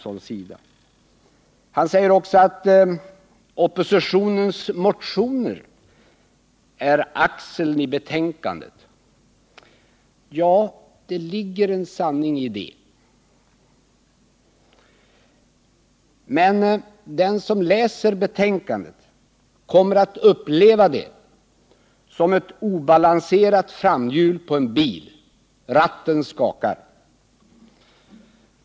Bertil Zachrisson säger också att oppositionens motioner är axeln i betänkandet. Ja, det ligger en sanning i det. Men den som läser betänkandet kommer att uppleva det som ett obalanserat framhjul på en bil — ratten skakar.